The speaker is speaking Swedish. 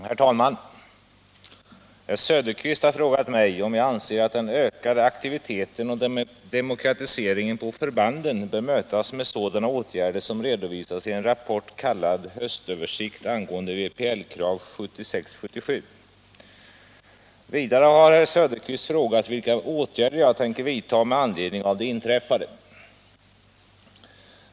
Herr talman! Herr Söderqvist har frågat mig om jag anser att den ökade aktiviteten och demokratiseringen på förbanden bör mötas med sådana åtgärder som redovisats i en rapport kallad Höstöversikt angående värnpliktskrav 76/77. Vidare har herr Söderqvist frågat vilka åtgärder jag tänker vidta med anledning av det inträffade.